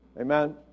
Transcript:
Amen